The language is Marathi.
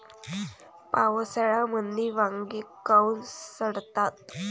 पावसाळ्यामंदी वांगे काऊन सडतात?